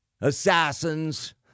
assassins